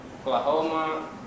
Oklahoma